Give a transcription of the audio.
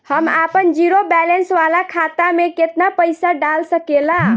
हम आपन zero balance वाला खाता मे केतना पईसा डाल सकेला?